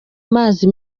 mazi